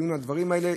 לציון הדברים האלה.